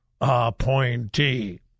appointee